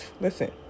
listen